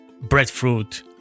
breadfruit